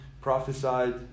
prophesied